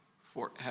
forever